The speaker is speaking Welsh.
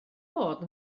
bod